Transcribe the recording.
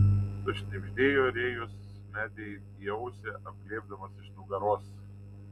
sušnibždėjo rėjus medei į ausį apglėbdamas iš nugaros